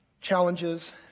challenges